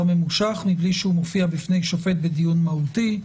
ממושך מבלי שהוא מופיע בפני שופט בדיון מהותי.